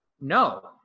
No